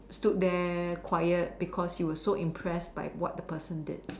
stood there quiet because you are so impressed by what the person did